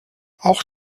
auch